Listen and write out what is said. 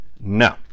No